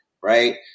right